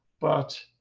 but